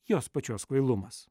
jos pačios kvailumas